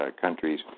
countries